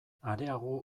areago